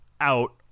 out